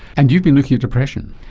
and you've been looking at depression.